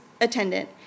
attendant